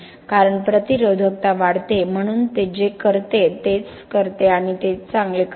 कारण प्रतिरोधकता वाढते म्हणून ते जे करते तेच करते आणि ते चांगले करते